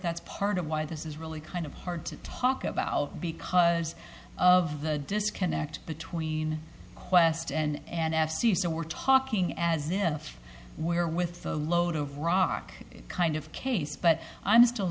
that's part of why this is really kind of hard to talk about because of the disconnect between qwest and f c so we're talking as if we're with a load of rock kind of case but i'm still